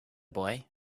boy